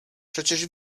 przecież